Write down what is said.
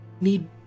need